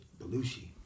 Belushi